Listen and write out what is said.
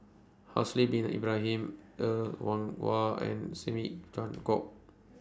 Haslir Bin Ibrahim Er Kwong Wah and Tan